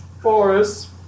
forest